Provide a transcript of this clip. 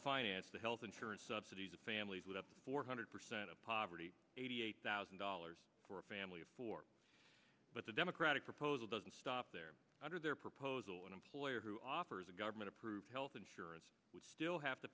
finance the health insurance subsidies of families with up four hundred percent of poverty eighty eight thousand dollars for a family of four but the democratic proposal doesn't stop there under their proposal an employer who offers a government approved health insurance would still have to